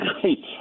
great –